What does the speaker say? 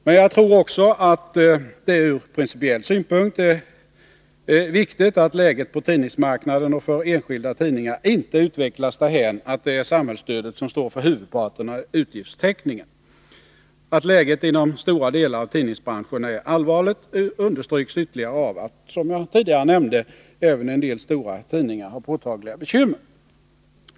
Men jag tror också att det från principiell synpunkt är viktigt att läget på tidningsmarknaden och för enskilda tidningar inte utvecklas därhän, att det är samhällsstödet som står för huvudparten av utgiftstäckningen. Att läget inom stora delar av tidningsbranschen är allvarligt understryks ytterligare av att, som jag tidigare nämnt, även en del stora tidningar har påtagliga bekymmer.